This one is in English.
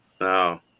no